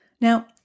Now